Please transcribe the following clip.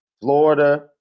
Florida